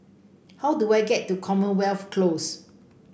how do I get to Commonwealth Close